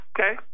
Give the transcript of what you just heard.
Okay